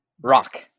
rock